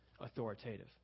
authoritative